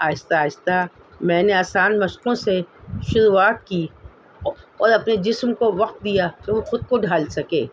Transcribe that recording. آہستہ آہستہ میں نے آسان مشقوں سے شروعات کی اور اپنے جسم کو وقت دیا کہ وہ خود کو ڈھال سکے